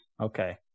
Okay